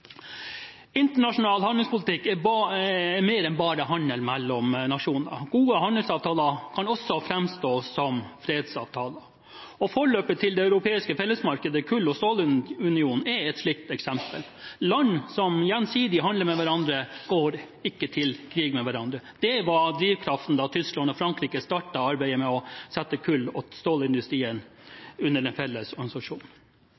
Internasjonal handelspolitikk er mer enn bare handel mellom nasjoner. Gode handelsavtaler kan også framstå som fredsavtaler. Forløperen til det europeiske fellesmarkedet, Kull- og stålunionen, er et slikt eksempel. Land som gjensidig handler med hverandre, går ikke til krig mot hverandre. Det var drivkraften da Tyskland og Frankrike startet arbeidet med å sette kull- og